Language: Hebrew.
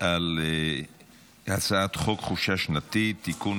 על הצעת חוק חופשה שנתית (תיקון,